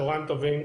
צוהריים טובים,